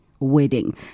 wedding